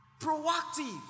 Proactive